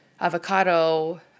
avocado